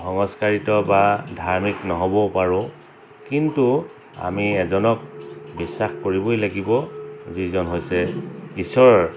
সংস্কাৰীত বা ধাৰ্মিক নহ'বও পাৰোঁ কিন্তু আমি এজনক বিশ্বাস কৰিবই লাগিব যিজন হৈছে ঈশ্বৰ